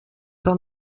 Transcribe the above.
però